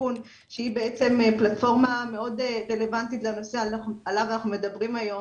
בסיכון שהיא בעצם פלטפורמה מאוד רלוונטית לנושא עליו אנחנו מדברים היום.